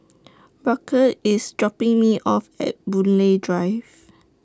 Burke IS dropping Me off At Boon Lay Drive